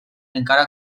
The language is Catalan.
encara